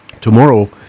Tomorrow